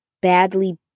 badly